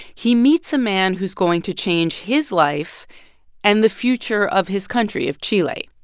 he meets a man who's going to change his life and the future of his country of chile,